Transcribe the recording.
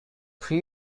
pre